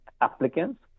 applicants